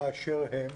באשר הם,